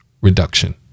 reduction